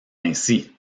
ainsi